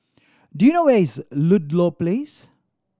do you know where is Ludlow Place